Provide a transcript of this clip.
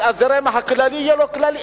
הזרם הכללי יהיה לו זרם כללי.